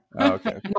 Okay